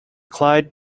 clyde